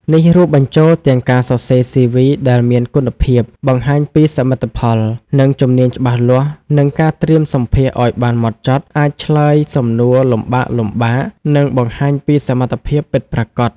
នេះរួមបញ្ចូលទាំងការសរសេរ CV ដែលមានគុណភាព បង្ហាញពីសមិទ្ធផល និងជំនាញច្បាស់លាស់ និងការត្រៀមសម្ភាសន៍ឲ្យបានម៉ត់ចត់ (អាចឆ្លើយសំណួរលំបាកៗ និងបង្ហាញពីសមត្ថភាពពិតប្រាកដ)។